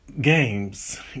games